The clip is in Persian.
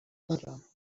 ندارم